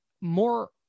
more